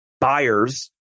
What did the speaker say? buyers